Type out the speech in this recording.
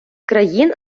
країн